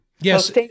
Yes